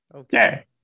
Okay